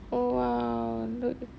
oh !wow! look